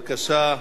בבקשה,